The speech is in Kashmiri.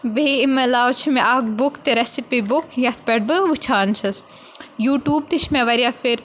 بیٚیہِ امہِ علاوٕ چھِ مےٚ اکھ بُک تہٕ ریٚسِپی بُک یَتھ پٮ۪ٹھ بہٕ وُچھان چھَس یوٗٹیوٗب تہِ چھِ مےٚ واریاہ پھِرِۍ